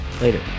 Later